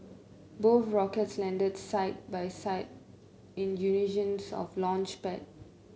both rockets landed side by side in unison on launchpad